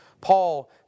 Paul